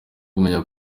kumenya